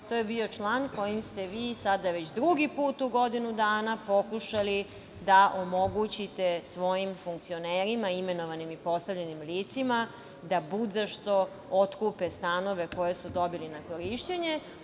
To je bio član kojim ste vi, sada već drugi put u godinu dana, pokušali da omogućite svojim funkcionerima, imenovanim i postavljenim licima da budzašto otkupe stanove koje su dobili na korišćenje.